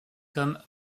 comme